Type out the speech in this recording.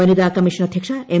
വനിത കമ്മീഷൻ അദ്ധ്യക്ഷ എം